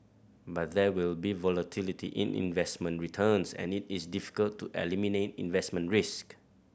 but there will be volatility in investment returns and it is difficult to eliminate investment risk